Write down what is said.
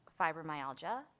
fibromyalgia